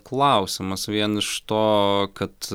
klausimas vien iš to kad